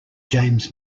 james